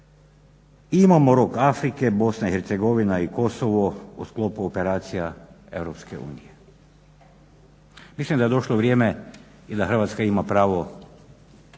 imamo rog Afrike, BiH i Kosovo u sklopu operacija EU. Mislim da je došlo vrijeme i da Hrvatska ima pravo